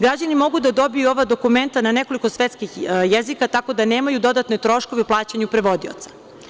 Građani mogu da dobiju ova dokumenta na nekoliko svetskih jezika, tako da nemaju dodatne troškove u plaćanju prevodioca.